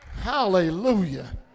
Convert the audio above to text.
hallelujah